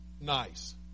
nice